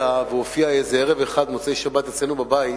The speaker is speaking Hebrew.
והופיעה איזה ערב אחד במוצאי שבת אצלנו בבית